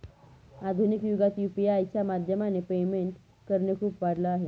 आधुनिक युगात यु.पी.आय च्या माध्यमाने पेमेंट करणे खूप वाढल आहे